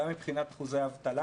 גם מבחינת אחוזי האבטלה